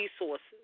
resources